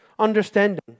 understanding